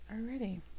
already